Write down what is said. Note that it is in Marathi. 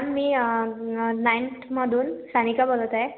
मॅम मी नाइन्थमधून सानिका बोलत आहे